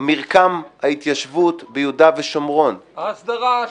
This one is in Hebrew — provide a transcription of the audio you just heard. מרקם ההתיישבות ביהודה ושומרון -- ההסדרה השלישית.